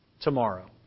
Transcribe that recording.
tomorrow